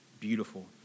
beautiful